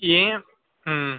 ఏం